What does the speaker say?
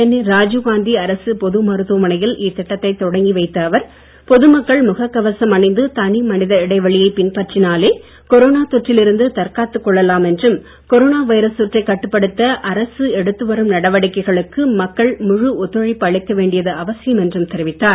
சென்னை ராஜீவ்காந்தி அரசு பொது மருத்துவமனையில் இத்திட்டத்தை தொடங்கி வைத்த அவர் பொதுமக்கள் முகக் கவசம் அணிந்து தனிமனித இடைவெளியை பின்பற்றினாலே கொரோனா தொற்றிலிருந்து தற்காத்துக்கொள்ளலாம் என்றும் கொரோனா வைரஸ் தொற்றை கட்டுப்படுத்த அரசு எடுத்துவரும் நடவடிக்கைகளுக்கு மக்கள் முழு ஒத்துழைப்பு அளிக்க வேண்டியது அவசியம் என்றும் தெரிவித்தார்